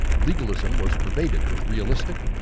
legalism was pervaded with realistic,